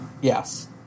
Yes